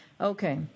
Okay